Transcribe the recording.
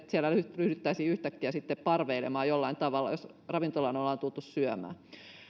siellä ryhdyttäisiin yhtäkkiä sitten parveilemaan jollain tavalla jos ravintolaan ollaan tultu syömään